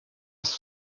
ist